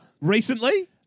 Recently